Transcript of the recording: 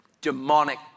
Demonic